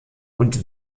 und